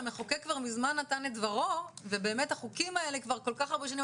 שהמחוקק כבר מזמן נתן את דברו ובאמת החוקים האלה כבר כל כך הרבה שנים,